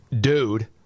dude